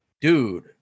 Dude